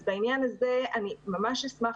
אז בעניין הזה אני ממש אשמח,